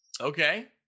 Okay